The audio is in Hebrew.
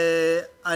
אני,